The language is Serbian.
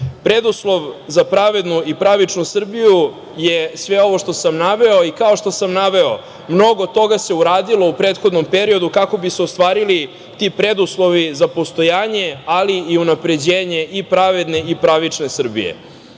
organa. Preduslov za pravednu i pravičnu Srbiju je sve ovo što sam naveo i kao što sam naveo, mnogo toga se uradilo u prethodnom periodu kako bi se ostvarili ti preduslovi za postojanje, ali i unapređenje i pravedne i pravične Srbije. Zbog